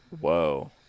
Whoa